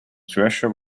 treasure